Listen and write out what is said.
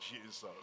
Jesus